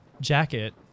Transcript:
jacket